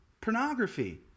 Pornography